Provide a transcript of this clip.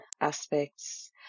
aspects